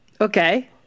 Okay